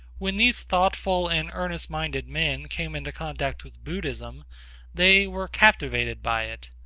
when these thoughtful and earnest minded men came into contact with buddhism they were captivated by it.